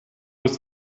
ist